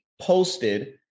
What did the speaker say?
Posted